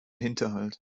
hinterhalt